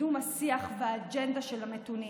לקידום השיח והאג'נדה של המתונים,